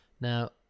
Now